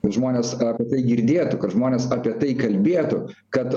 kad žmonės apie tai girdėtų kad žmonės apie tai kalbėtų kad